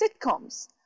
sitcoms